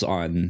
on